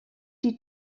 die